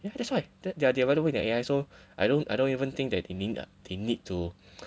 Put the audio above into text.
yeah that's why they are developing the A_I so I don't I don't even think that they need they need to